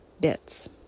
bits